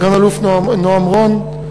סגן-אלוף נועם רון,